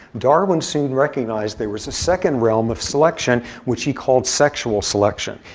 darwin soon recognized there was a second realm of selection, which he called sexual selection.